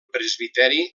presbiteri